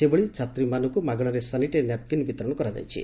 ସେହିଭଳି ଛାତ୍ରୀମାନଙ୍କୁ ମାଗଶାରେ ସାନିଟାରୀ ନାପକିନ୍ ବିତରଶ କରାଯାଇଛି